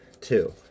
Two